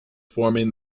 forming